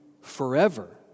forever